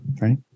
Right